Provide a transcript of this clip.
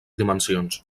dimensions